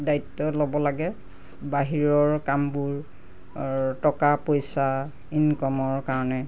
দায়িত্ব ল'ব লাগে বাহিৰৰ কামবোৰ টকা পইচা ইনকামৰ কাৰণে